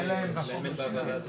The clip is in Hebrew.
ולהצביע בוועדה.